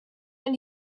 and